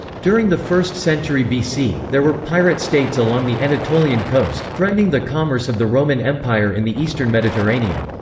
during the first century bc, there were pirate states along the anatolian coast, threatening the commerce of the roman empire in the eastern mediterranean.